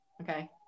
Okay